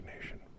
nation